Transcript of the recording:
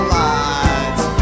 lights